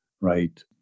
right